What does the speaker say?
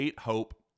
Hope